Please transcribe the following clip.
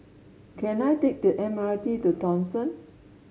can I take the M R T to Thomson